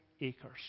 acres